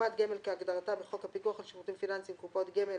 "קופת גמל" כהגדרתה בחוק הפיקוח על שירותים פיננסיים (קופות גמל),